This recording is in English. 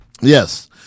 Yes